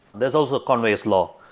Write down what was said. there's also conway's law.